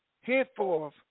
henceforth